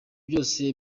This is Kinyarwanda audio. byose